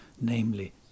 namely